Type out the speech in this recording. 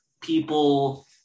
people